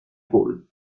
rôles